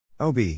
OB